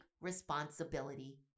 responsibility